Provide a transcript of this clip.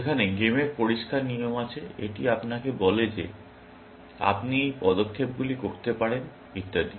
যেখানে গেমের পরিষ্কার নিয়ম আছে এটি আপনাকে বলে যে আপনি এই পদক্ষেপগুলি করতে পারেন ইত্যাদি